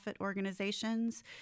organizations